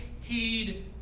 heed